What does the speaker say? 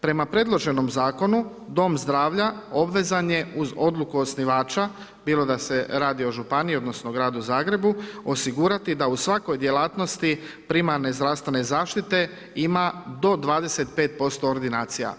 Prema predloženom Zakonu, Dom zdravlja obvezan je uz odluku osnivača, bilo da se radi o Županiji odnosno Gradu Zagrebu, osigurati da u svakoj djelatnosti primarne zdravstvene zaštite ima do 25% ordinacija.